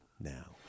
now